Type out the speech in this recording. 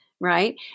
Right